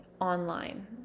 online